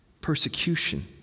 persecution